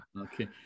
okay